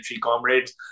comrades